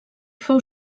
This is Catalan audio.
fou